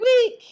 week